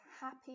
happy